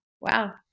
Wow